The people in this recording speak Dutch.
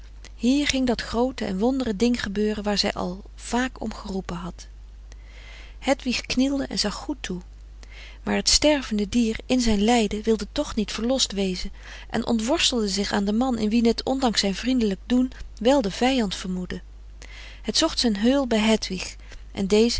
hier ging dat groote en wondere ding gebeuren waar zij al vaak om geroepen had hedwig knielde en zag goed toe maar het stervende dier in zijn lijden wilde toch niet verlost wezen en ontworstelde zich aan den man in wien het ondanks zijn vriendelijk doen wel den vijand vermoedde het zocht zijn heul bij hedwig en deze